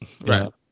right